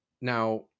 Now